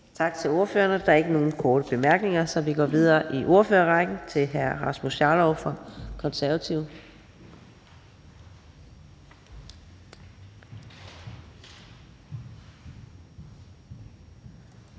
Tak til ordføreren. Der er ikke nogen korte bemærkninger, så vi går videre i ordførerrækken til hr. Rasmus Jarlov fra Konservative.